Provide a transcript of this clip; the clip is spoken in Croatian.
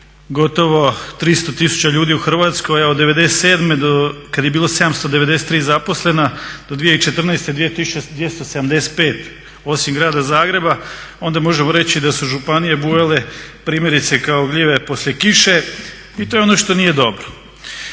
gotovo 300 tisuća ljudi u Hrvatskoj od '97. do, kada je bilo 793 zaposlena do 2014. 2275, osim grada Zagreba, onda možemo reći da su županije bujale primjerice kao gljive poslije kiše i to je ono što nije dobro.